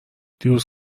دیروز